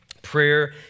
prayer